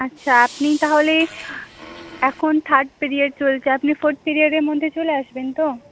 আচ্ছা আপনিই তাহলে এখন থার্ড পিরিয়ড চলছে আপনি ফোর্থ পিরিয়ডের মধ্যে চলে আসবেন তো